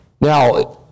Now